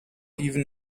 even